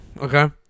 okay